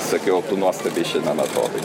sakiau tu nuostabiai šiandien atrodai